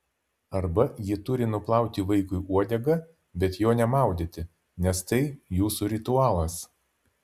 arba ji turi nuplauti vaikui uodegą bet jo nemaudyti nes tai jūsų ritualas